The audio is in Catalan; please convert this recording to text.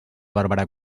bàrbara